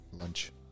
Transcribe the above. lunch